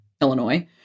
Illinois